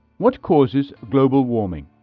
what causes global warming?